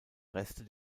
reste